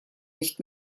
nicht